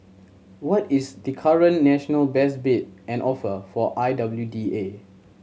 what is the current national best bid and offer for I W D A